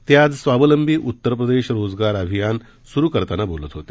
ते आज स्वावलंबी उत्तर प्रदेश रोजगार अभियान स्रु करताना बोलत होते